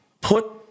put